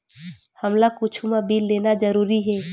हमला कुछु मा बिल लेना जरूरी हे?